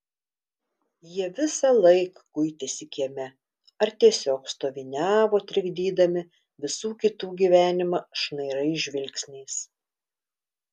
jie visąlaik kuitėsi kieme ar tiesiog stoviniavo trikdydami visų kitų gyvenimą šnairais žvilgsniais